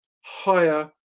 higher